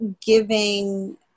giving